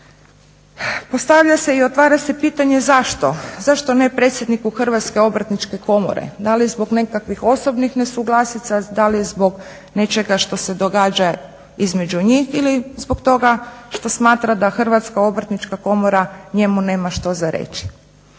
Postavlja se i otvara se pitanje zašto. Zašto ne predsjedniku Hrvatske obrtničke komore. Da li zbog nekakvih osobnih nesuglasica, da li zbog nečega što se događa između njih ili zbog toga što smatra da Hrvatska obrtnička komora njemu nema što za reći.